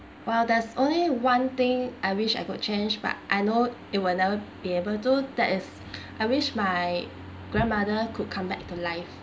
well there's only one thing I wish I could change but I know it will never be able to that is I wish my grandmother could come back to life